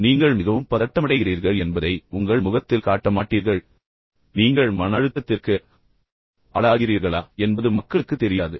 எனவே நீங்கள் மிகவும் பதட்டமடைகிறீர்கள் என்பதை உங்கள் முகத்தில் காட்ட மாட்டீர்கள் நீங்கள் மன அழுத்தத்திற்கு ஆளாகிறீர்களா இல்லையா என்பது மக்களுக்குத் தெரியாது